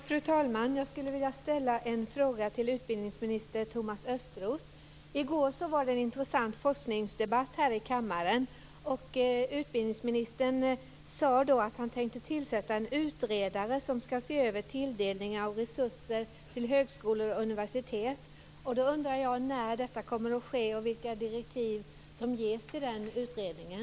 Fru talman! Jag skulle vilja ställa en fråga till utbildningsminister Thomas Östros. I går var det en intressant forskningsdebatt här i kammaren. Utbildningsministern sade då att han tänkte tillsätta en utredare som ska se över tilldelning av resurser till högskolor och universitet. Jag undrar när detta kommer att ske och vilka direktiv som ges till den utredningen.